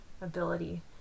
ability